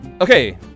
Okay